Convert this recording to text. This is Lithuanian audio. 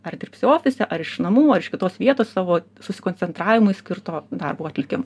ar dirbsiu ofise ar iš namų ar iš kitos vietos savo susikoncentravimui skirto darbo atlikimui